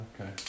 Okay